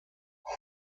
die